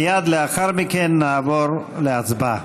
מייד לאחר מכן נעבור להצבעה.